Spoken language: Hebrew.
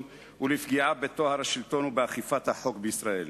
ולפגיעה בטוהר השלטון ובאכיפת החוק בישראל.